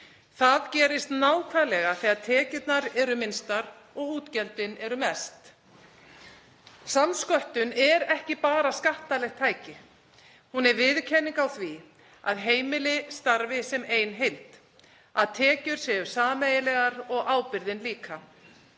Það gerist nákvæmlega þegar tekjurnar eru minnstar og útgjöldin eru mest. Samsköttun er ekki bara skattalegt tæki, hún er viðurkenning á því að heimili starfi sem ein heild, að tekjur séu sameiginlegar og ábyrgðin líka.